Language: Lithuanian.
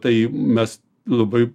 tai mes labai